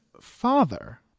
father